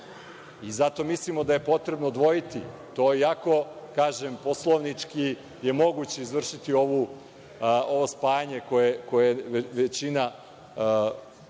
i zato mislimo da je potrebno odvojiti, to je jako, kažem, poslovnički moguće izvršiti ovo spajanje koje je većina